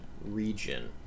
region